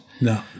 No